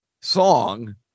song